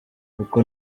uko